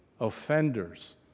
offenders